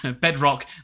Bedrock